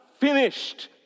finished